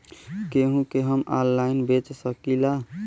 गेहूँ के हम ऑनलाइन बेंच सकी ला?